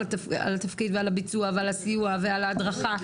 התפקיד ועל הביצוע ועל הסיוע ועל ההדרכה,